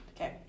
Okay